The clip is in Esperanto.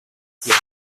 tiel